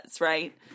right